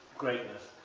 greatness.